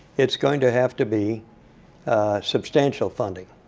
it's going to have to be substantial funding.